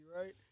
right